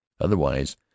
Otherwise